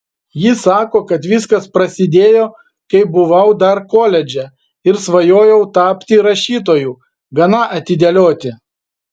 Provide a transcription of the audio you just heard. ji sako kad viskas prasidėjo kai buvau dar koledže ir svajojau tapti rašytoju gana atidėlioti